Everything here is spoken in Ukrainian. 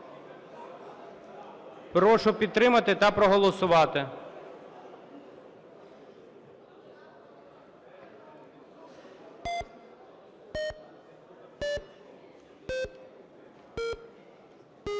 Прошу підтримати та проголосувати. 11:57:23